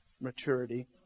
maturity